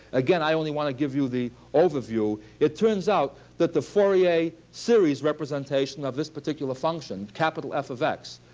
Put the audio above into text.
again, i only want to give you the overview it turns out that the fourier series representation of this particular function, capital f of x,